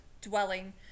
dwelling